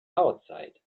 outside